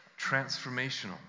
transformational